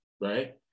right